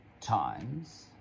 times